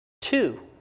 Two